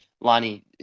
Lonnie